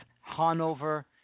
Hanover